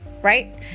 right